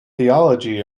theology